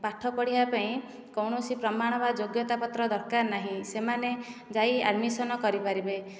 ପାଠ ପଢ଼ିବା ପାଇଁ କୌଣସି ପ୍ରମାଣ ବା ଯୋଗ୍ୟତା ପତ୍ର ଦରକାର ନାହିଁ ସେମାନେ ଯାଇ ଆଡ଼ମିଶନ କରିପାରିବେ